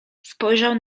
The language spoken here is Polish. spojrzał